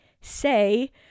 say